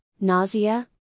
nausea